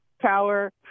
power